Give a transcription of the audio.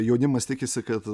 jaunimas tikisi kad